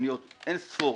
פניות אין ספור.